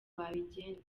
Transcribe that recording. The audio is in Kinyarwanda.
babigenza